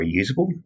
reusable